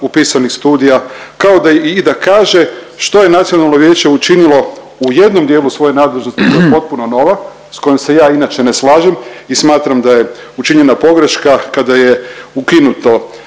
upisanih studija, kao da i, i da kaže što je nacionalno vijeće učinilo u jednom dijelu svoje nadležnosti kao je potpuno nova, s kojom se ja inače ne slažem i smatram da je učinjena pogreška kada je ukinuto